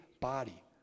body